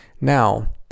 Now